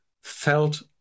felt